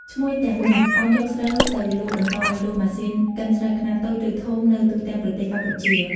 ឈ្មួញទាំងនោះ បានយកស្រូវទៅលក់បន្តឱ្យរោងម៉ាស៊ីនកិនស្រូវខ្នាតតូច ឬធំ នៅទូទាំងប្រទេសកម្ពុជា។